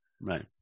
Right